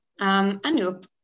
Anoop